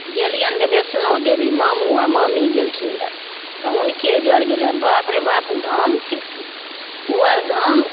गेलिअनि रहै वैष्णो देवी मामू आओर मामी गेलखिन रहै तऽ हुनके जरे गेलिअनि बाप रे बाप ओ धाम छिकथिन ओ आओर धाम